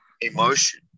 emotion